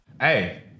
Hey